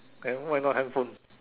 then why not hand phone